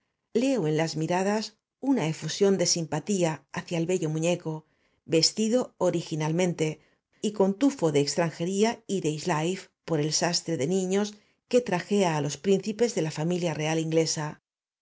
leo en las miradas una efusión de simpatía hacia el b e l l o m u ñ e c o vestido origin a l m e n t e c o n tufo de extranjería y de highlife por el sastre de niños q u e trajea á los príncipes de la familia real inglesa